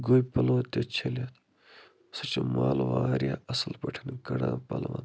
گۄبۍ پَلو تہِ چھٔلِتھ سُہ چھُ مَل وارِیاہ اَصٕل پٲٹھۍ کَڑان پَلون